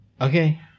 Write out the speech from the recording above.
okay